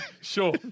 Sure